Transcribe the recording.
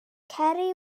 ceri